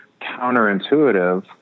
counterintuitive